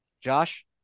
Josh